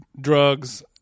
drugs